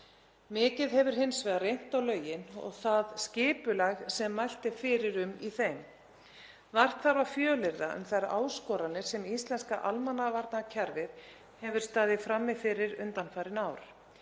Mikið hefur hins vegar reynt á lögin og það skipulag sem mælt er fyrir um í þeim. Vart þarf að fjölyrða um þær áskoranir sem íslenska almannavarnakerfið hefur staðið frammi fyrir undanfarin ár.